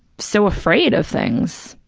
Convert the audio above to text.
so afraid of things,